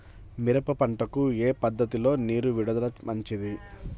మిరప పంటకు ఏ పద్ధతిలో నీరు విడుదల మంచిది?